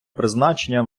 призначення